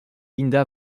linda